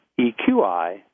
EQI